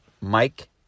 Mike